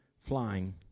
flying